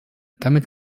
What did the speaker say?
damit